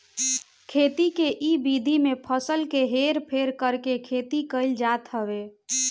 खेती के इ विधि में फसल के हेर फेर करके खेती कईल जात हवे